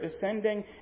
descending